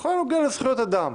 בכל הנוגע לזכויות אדם,